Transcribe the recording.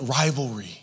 rivalry